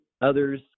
others